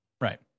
Right